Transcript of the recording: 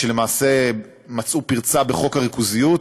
כשלמעשה מצאו פרצה בחוק הריכוזיות.